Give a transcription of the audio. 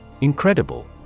incredible